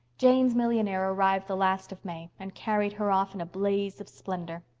jane's millionaire arrived the last of may and carried her off in a blaze of splendor.